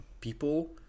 people